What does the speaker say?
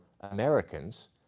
Americans